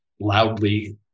loudly